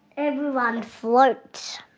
everyone floats.